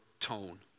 tone